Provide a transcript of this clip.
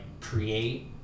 create